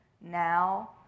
now